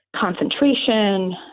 concentration